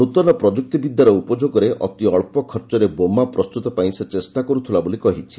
ନ୍ତନ ପ୍ରଯୁକ୍ତି ବିଦ୍ୟାର ଉପଯୋଗରେ ଅତି ଅକ୍ଷ ଖର୍ଚ୍ଚରେ ବୋମା ପ୍ରସ୍ତୁତ ପାଇଁ ସେ ଚେଷ୍ଟା କର୍ତ୍ଥଲା ବୋଲି କହିଛି